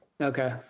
Okay